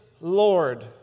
Lord